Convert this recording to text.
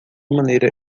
maneira